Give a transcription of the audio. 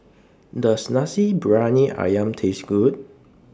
Does Nasi Briyani Ayam Taste Good